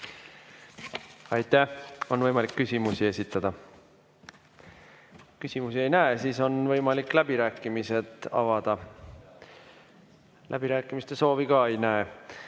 Aitäh! On võimalik küsimusi esitada. Küsimusi ei näe. Siis on võimalik läbirääkimised avada. Läbirääkimiste soovi ka ei näe.